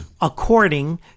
according